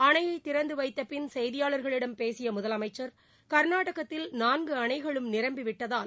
அணையை திறந்து வைத்த பின் செய்தியாளர்களிடம் பேசிய முதலமைச்சர் கர்நாடகத்தில் நான்கு அணைகளும் நிரம்பிவிட்டதால்